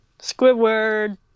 Squidward